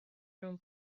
room